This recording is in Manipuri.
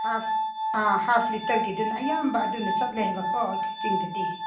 ꯍꯥꯐ ꯑꯥ ꯍꯥꯐ ꯂꯤꯇꯔꯒꯨꯗꯨꯅ ꯑꯌꯥꯝꯕ ꯑꯗꯨꯅ ꯆꯠꯂꯦ ꯍꯥꯏꯕꯀꯣ ꯑꯩꯈꯣꯏ ꯆꯤꯡꯗꯗꯤ